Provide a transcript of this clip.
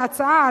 את ההצעה,